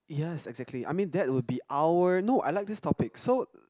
yes exactly I mean that will be our no I like this topic so